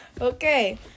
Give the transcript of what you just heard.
Okay